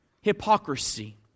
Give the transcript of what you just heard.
hypocrisy